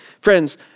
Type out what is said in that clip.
Friends